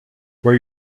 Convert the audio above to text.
where